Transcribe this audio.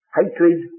hatred